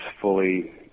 fully